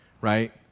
right